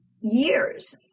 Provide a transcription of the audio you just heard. years